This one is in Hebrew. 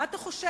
מה אתה חושב,